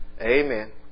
Amen